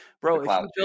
bro